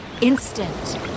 instant